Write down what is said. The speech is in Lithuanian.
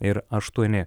ir aštuoni